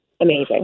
amazing